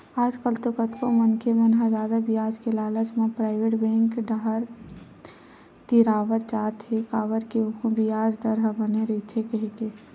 आजकल तो कतको मनखे मन ह जादा बियाज के लालच म पराइवेट बेंक डाहर तिरावत जात हे काबर के ओमा बियाज दर ह बने रहिथे कहिके